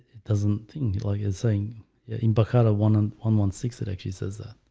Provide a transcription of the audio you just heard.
it doesn't think like it's saying in baqara' one on one one six it actually says that